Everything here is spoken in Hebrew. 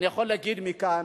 אני יכול להגיד מכאן,